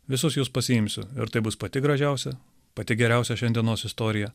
visus jus pasiimsiu ir tai bus pati gražiausia pati geriausia šiandienos istorija